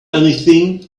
anything